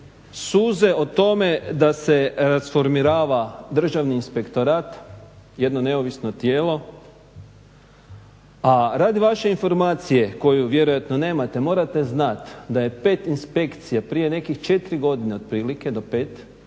suze o tome da se rasformirava Državni inspektorat, jedno neovisno tijelo, a radi vaše informacije koju vjerojatno nemate, morate znat da pet inspekcija prije nekih 4 godina otprilike do 5, znači